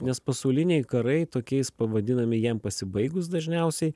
nes pasauliniai karai tokiais pavadinami jiem pasibaigus dažniausiai